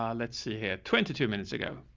um let's see here. twenty two minutes ago,